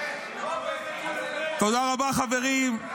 תודה רבה, חברים.